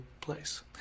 place